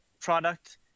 product